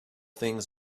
things